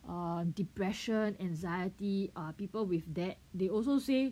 err depression anxiety ah people with that they also say